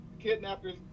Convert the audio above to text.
kidnappers